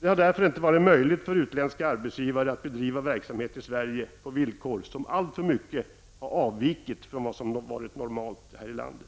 Det har därför inte varit möjligt för utländska arbetsgivare att bedriva verksamhet på villkor som alltför mycket har avvikit från vad som är normalt här i landet.